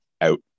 out